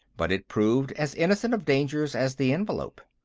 but it proved as innocent of dangers as the envelope.